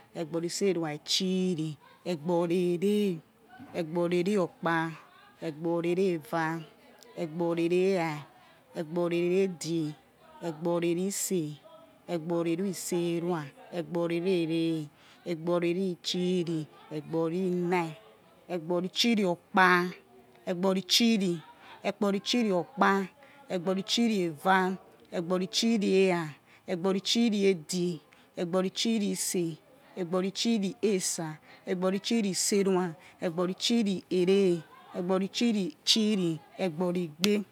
Egbori iserua itchiri, egbori ere, egbori ere okpa, egbori ere̱ eva̱, egbori ere̱ era, egbori ere edge, egbori ere ise, egbori ere iserua, egbori ere ere, egbori ere itchiri, egbori nine, egbori itchiri okpa, egbori itchiri, egbori itchiri okpa, egbori itchiri eva, egbori itchiri era̱, egbori itchiri edge̱, egbori itchiri ise, egbori itchiri esa̱, egbori itchiri iserua, egbori itchiri ere, egbori itchiri ere, egbori itchiri itchiri, egbori igbe̱